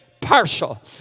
partial